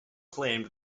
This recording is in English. claimed